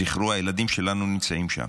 זכרו, הילדים שלנו נמצאים שם.